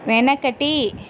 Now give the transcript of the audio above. వెనకటి